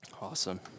Awesome